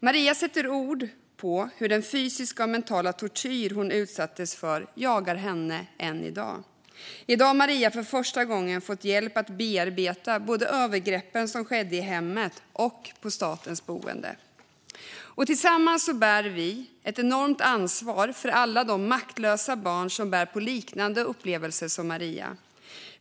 Maria sätter ord på hur den fysiska och mentala tortyr som hon utsattes för jagar henne än i dag. I dag har Maria för första gången fått hjälp att bearbeta övergreppen som skedde både i hemmet och på statens boende. Tillsammans har vi ett enormt ansvar för alla de maktlösa barn som bär på liknande upplevelser som Maria.